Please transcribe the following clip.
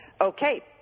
Okay